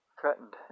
threatened